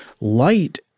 light